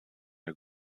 der